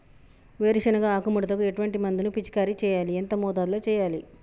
వేరుశెనగ ఆకు ముడతకు ఎటువంటి మందును పిచికారీ చెయ్యాలి? ఎంత మోతాదులో చెయ్యాలి?